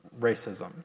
racism